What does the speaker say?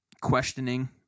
questioning